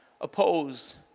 oppose